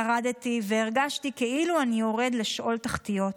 ירדתי והרגשתי כאילו אני יורד לשאול תחתיות,